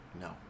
No